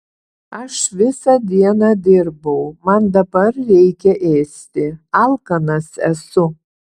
aš visą dieną dirbau man dabar reikia ėsti alkanas esu